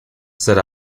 said